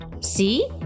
see